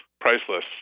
Priceless